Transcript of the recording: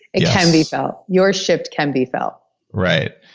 it can be felt, your shift can be felt right.